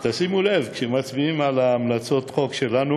ושימו לב, כשמצביעים על הצעות החוק שלנו,